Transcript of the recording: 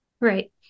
Right